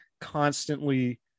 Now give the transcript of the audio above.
constantly